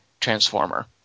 Transformer